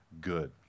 good